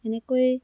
এনেকৈ